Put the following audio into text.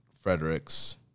Fredericks